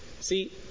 see